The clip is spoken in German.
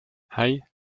hei